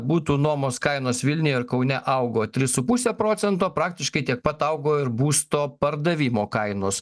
butų nuomos kainos vilniuje ir kaune augo tris su puse procento praktiškai tiek pat augo ir būsto pardavimo kainos